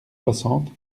soixante